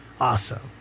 awesome